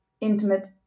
intimate